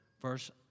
Verse